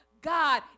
god